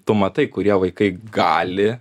tu matai kurie vaikai gali